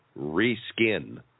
reskin